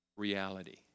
reality